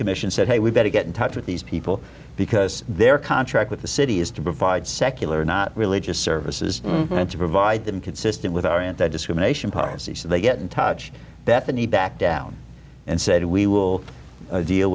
commission said hey we better get in touch with these people because their contract with the city is to provide secular not religious services to provide them consistent with our anti discrimination policy so they get in touch bethany back down and said we will deal